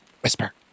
Whisper